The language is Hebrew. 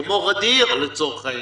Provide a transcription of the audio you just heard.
כמו ע'דיר לצורך העניין,